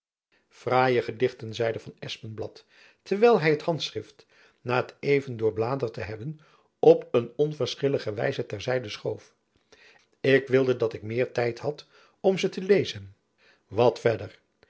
fraaie gedichten zeide van espenblad terwijl hy het handschrift na het even doorbladerd te hebben op een onverschillige wijze ter zijde schoof ik wilde dat ik meer tijd had om ze te lezen wat verder